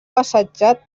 assetjat